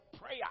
prayer